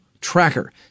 TRACKER